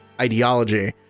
ideology